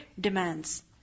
demands